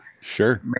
Sure